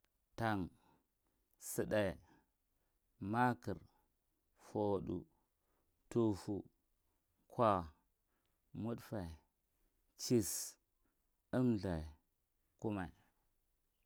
Tan, sudai, makra, foudu, thufu, khur, mudfe, chissu, tlni thata, kuma.